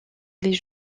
les